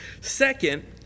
second